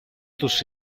τους